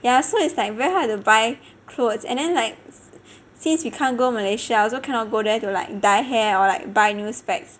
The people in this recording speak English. ya so it's like very hard to buy clothes and then like since we can't go Malaysia I also cannot go there to like dye hair or like buy new specs